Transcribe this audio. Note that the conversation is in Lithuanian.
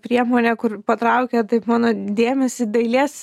priemonę kur patraukė taip mano dėmesį dailės